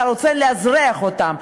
אתה רוצה לאזרח אותם,